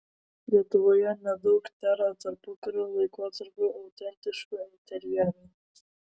lietuvoje nedaug tėra tarpukario laikotarpio autentiškų interjerų